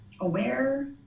aware